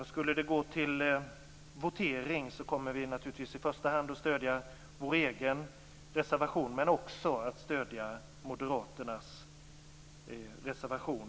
Om det skulle bli votering kommer vi naturligtvis att i första hand stödja vår egen reservation, men om den faller stöder vi moderaternas reservation.